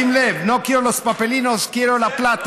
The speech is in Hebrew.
שים לב: נו קיירו לס פפלינוס, קיירו לה פלטה.